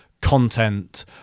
content